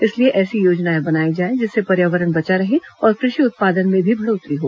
इसलिए ऐसी योजनाएं बनाई जाए जिससे पर्यावरण बचा रहे और कृषि उत्पादन में भी बढ़ोत्तरी हो